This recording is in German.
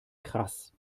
krass